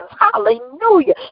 Hallelujah